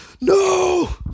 No